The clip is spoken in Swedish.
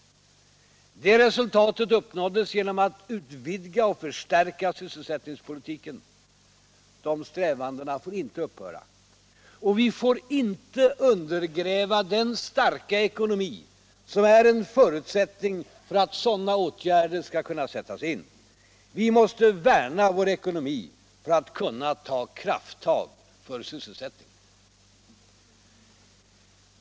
Det resultatet uppnådde vi genom att utöka och förstärka sysselsättningspolitiken. Dessa strävanden får inte upphöra. Och vi får inte undergräva den starka ekonomi som är en förutsättning för att sådana åtgärder skall kunna sättas in. Vi måste värna vår ekonomi för att kunna ta krafttag för sysselsättningen.